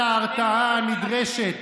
-- לחומת ההרתעה הנדרשת